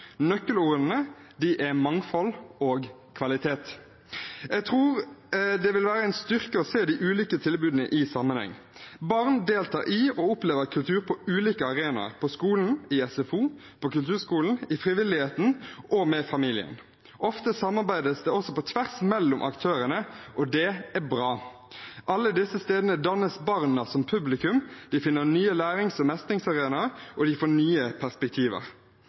Nøkkelordene er mangfold og kvalitet. Jeg tror det vil være en styrke å se de ulike tilbudene i sammenheng. Barn deltar i og opplever kultur på ulike arenaer: på skolen, i SFO, på kulturskolen, i frivilligheten og med familien. Ofte samarbeides det også på tvers mellom aktørene – og det er bra. Alle disse stedene dannes barna som publikum, de finner nye lærings- og mestringsarenaer, og de får nye perspektiver.